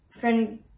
friend